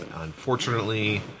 Unfortunately